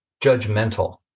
judgmental